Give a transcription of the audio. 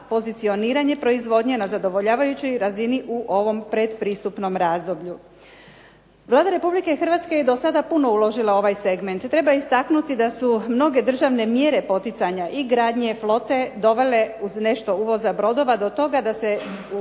pozicioniranje proizvodnje na zadovoljavajućoj razini u ovom pretpristupnom razdoblju. Vlada Republike Hrvatske je do sada puno uložila u ovaj segment. Treba istaknuti da su mnoge državne mjere poticanja i gradnje flote dovele uz nešto uvoza brodova do toga da se